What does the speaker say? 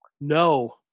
No